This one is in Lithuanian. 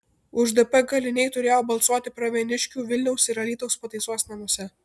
už dp kaliniai turėjo balsuoti pravieniškių vilniaus ir alytaus pataisos namuose